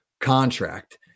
contract